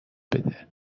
بده